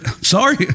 Sorry